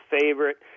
favorite